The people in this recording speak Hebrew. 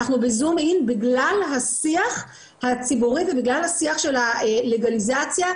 בגלל השיח הציבורי ובגלל השיח של הלגליזציה,